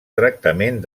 tractament